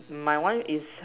my one is